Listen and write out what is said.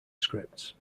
scripts